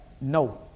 No